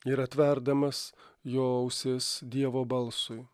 ir atverdamas jo ausis dievo balsui